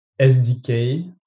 SDK